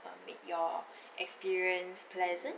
um make your experience pleasant